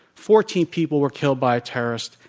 fourteen people were killed by terrorists,